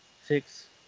six